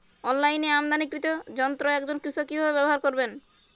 অনলাইনে আমদানীকৃত যন্ত্র একজন কৃষক কিভাবে ব্যবহার করবেন?